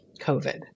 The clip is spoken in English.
covid